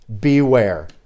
Beware